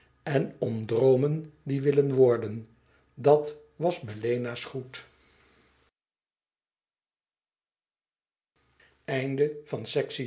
en om droomen die willen worden dat was melena's groet